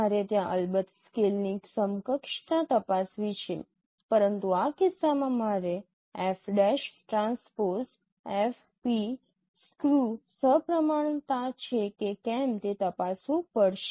મારે ત્યાં અલબત્ત સ્કેલની સમકક્ષતા તપાસવી છે પરંતુ આ કિસ્સામાં મારે P'TFP સ્ક્યૂ સપ્રમાણતા છે કે કેમ તે તપાસવું પડશે